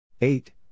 eight